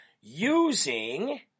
using